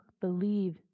believe